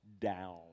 down